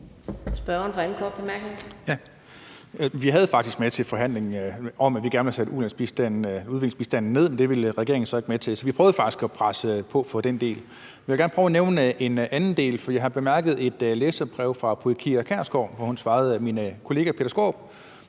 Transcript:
Vi havde det faktisk med til forhandlingen, at vi gerne ville have sat ulandsbistanden ned, men det ville regeringen så ikke være med til. Så vi prøvede faktisk at presse på for at få den del med. Jeg vil gerne prøve at nævne en anden del, for jeg har bemærket et læserbrev fra fru Pia Kjærsgaard, hvor hun svarer min kollega hr.